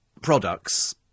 products